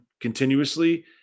continuously